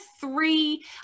three